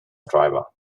driver